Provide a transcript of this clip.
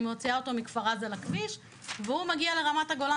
אני מוציאה אותו מכפר עזה לכביש והוא מגיע לרמת הגולן